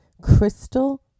crystal